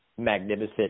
magnificent